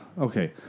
okay